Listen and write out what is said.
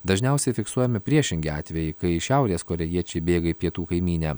dažniausiai fiksuojami priešingi atvejai kai šiaurės korėjiečiai bėga į pietų kaimynę